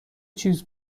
چیز